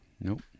Nope